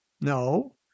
No